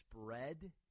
spread